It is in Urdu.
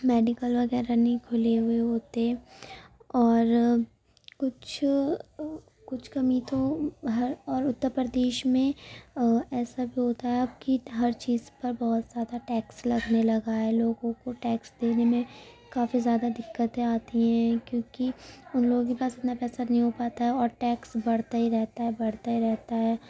میڈیکل وغیرہ نہیں کھلے ہوئے ہوتے اور کچھ کچھ کمی تو ہر اور اتر پردیش میں ایسا بھی ہوتا ہے کہ ہر چیز پر بہت زیادہ ٹیکس لگنے لگا ہے لوگوں کو ٹیکس دینے میں کافی زیادہ دقتیں آتی ہیں کیونکہ ان لوگوں کے پاس اتنا پیسہ نہیں ہو پاتا ہے اور ٹیکس بڑھتا ہی رہتا ہے بڑھتا ہی رہتا ہے